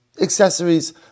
Accessories